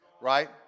right